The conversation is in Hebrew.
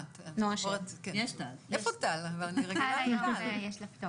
אחרי הדיון הקודם בוועדה ערכנו במשרד חשיבה